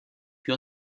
più